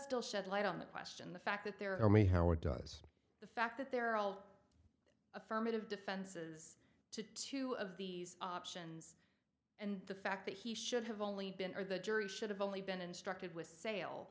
still shed light on that question the fact that there are so many how does the fact that there are all affirmative defenses to two of these options and the fact that he should have only been are the jury should have only been instructed with sale